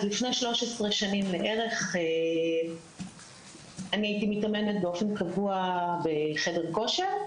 אז לפני 13 שנים בערך הייתי מתאמנת באופן קבוע בחדר כושר,